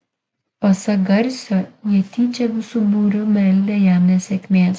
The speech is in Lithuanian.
pasak garsio jie tyčia visu būriu meldę jam nesėkmės